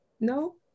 No